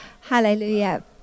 Hallelujah